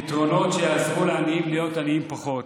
פתרונות שיעזרו לעניים להיות עניים פחות.